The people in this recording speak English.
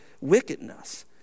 wickedness